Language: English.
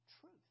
truth